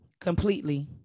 Completely